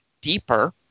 deeper